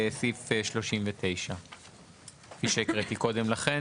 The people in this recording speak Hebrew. בסעיף 39. כפי שהקראתי קודם לכן.